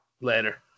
Later